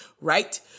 right